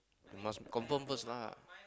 you must confirm first lah